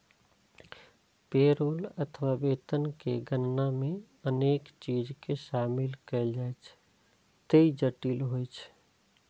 payroll अथवा वेतन के गणना मे अनेक चीज कें शामिल कैल जाइ छैं, ते ई जटिल होइ छै